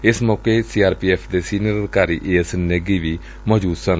ਏਸ ਮੌਕੇ C R P F ਦੇ ਸੀਨੀਅਰ ਅਧਿਕਾਰੀ ਏ ਐਸ ਨੇਗੀ ਵੀ ਮੌਜੂਦ ਸਨ